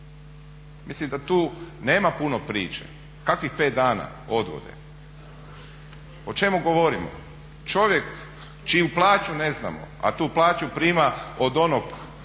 Mislim da nema tu nema puno priče. Kakvih pet dana odgode? O čemu govorimo? Čovjek čiju plaću ne znamo, a tu plaću prima od onoga